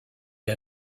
les